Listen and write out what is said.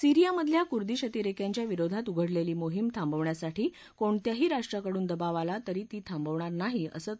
सीरियामधल्या Kurdish अतिरेक्यांच्या विरोधात उघडलेली मोहीम थांबवण्यासाठी कोणत्याही राष्ट्राकडून दबाव आला तरी ती थांबवणार नाही असं तुर्कस्ताननं म्हटलं आहे